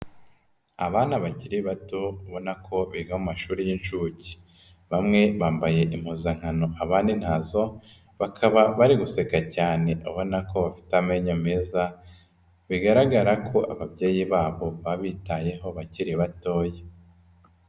Abana bakiri bato ubona ko biga mu mashuri y'inshuke, bamwe bambaye impuzankano abandi ntazo bakaba bari guseka cyane ubona ko bafite amenyo meza, bigaragara ko ababyeyi babo babitayeho bakiri batoya.